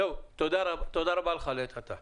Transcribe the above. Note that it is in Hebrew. תודה רבה לך לעת עתה.